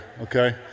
Okay